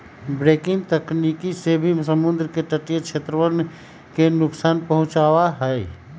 breaking तकनीक से भी समुद्र के तटीय क्षेत्रवन के नुकसान पहुंचावा हई